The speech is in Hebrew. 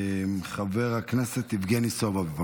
חבר הכנסת יבגני סובה, בבקשה.